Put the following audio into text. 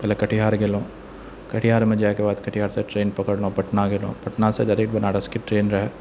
पहिले कटिहार गेलहुँ कटिहारमे जाकऽ ओहिके बाद कटिहारसँ ट्रेन पकड़लहुँ पटना गेलहुँ पटनासँ डायरेक्ट बनारसके ट्रेन रहै